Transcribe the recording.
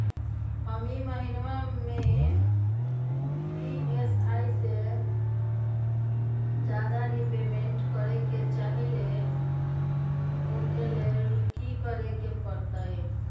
हम ई महिना में ई.एम.आई से ज्यादा रीपेमेंट करे के चाहईले ओ लेल की करे के परतई?